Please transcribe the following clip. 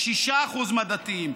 6% מהדתיים,